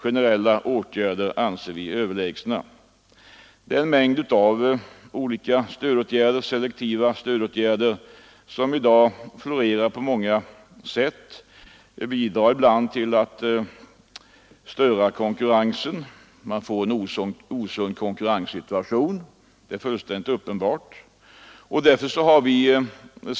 Generella åtgärder anser vi överlägsna. Den mängd selektiva stödåtgärder som i dag florerar bidrar till att störa konkurrensen — det är uppenbart att man därigenom skapar en osund konkurrenssituation.